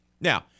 Now